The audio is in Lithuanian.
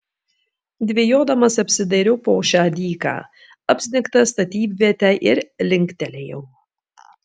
dvejodamas apsidairiau po šią dyką apsnigtą statybvietę ir linktelėjau